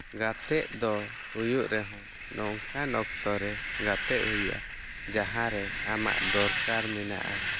ᱜᱟᱛᱮᱜ ᱫᱚ ᱦᱩᱭᱩᱜ ᱨᱮ ᱦᱚᱸ ᱱᱚᱝᱠᱟᱱ ᱚᱠᱛᱚ ᱨᱮ ᱜᱟᱛᱮᱜ ᱦᱩᱭᱩᱜᱼᱟ ᱡᱟᱦᱟᱸ ᱨᱮ ᱟᱢᱟᱜ ᱫᱚᱨᱠᱟᱨ ᱢᱮᱱᱟᱜᱼᱟ